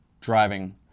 driving